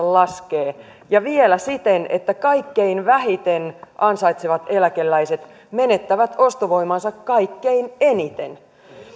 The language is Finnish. laskee ja vielä siten että kaikkein vähiten ansaitsevat eläkeläiset menettävät ostovoimaansa kaikkein eniten